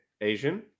Asian